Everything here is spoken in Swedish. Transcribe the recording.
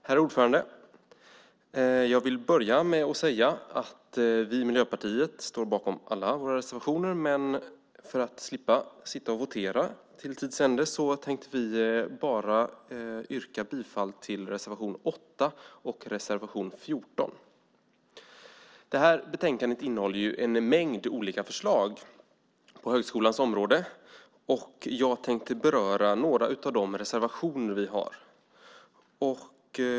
Herr talman! Jag vill börja med att säga att vi i Miljöpartiet står bakom alla våra reservationer, men för att slippa sitta och votera till tids ände tänkte vi yrka bifall till bara reservation 8 och reservation 14. Det här betänkandet innehåller en mängd olika förslag på högskolans område. Jag tänkte beröra några av de reservationer vi har.